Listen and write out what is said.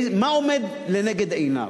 מה עומד לנגד עיניו?